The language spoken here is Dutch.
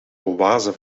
oase